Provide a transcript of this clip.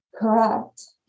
Correct